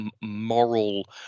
moral